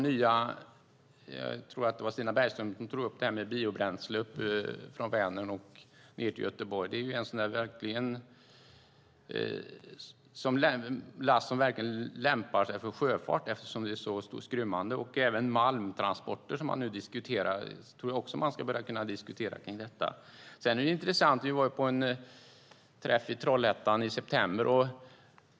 Jag tror att det var Stina Bergström som tog upp det här med biobränsle från Vänern ned till Göteborg, och det är intressant. Det är verkligen last som lämpar sig för sjöfart, eftersom det är så skrymmande. Även malmtransporter kan man börja diskutera. I september var vi på en träff i Trollhättan.